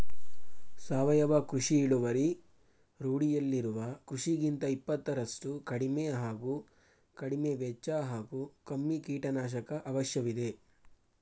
ಸಾವಯವ ಕೃಷಿ ಇಳುವರಿ ರೂಢಿಯಲ್ಲಿರುವ ಕೃಷಿಗಿಂತ ಇಪ್ಪತ್ತರಷ್ಟು ಕಡಿಮೆ ಹಾಗೂ ಕಡಿಮೆವೆಚ್ಚ ಹಾಗೂ ಕಮ್ಮಿ ಕೀಟನಾಶಕ ಅವಶ್ಯವಿದೆ